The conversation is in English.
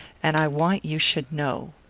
and i want you should know.